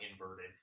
inverted